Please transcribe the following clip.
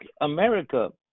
america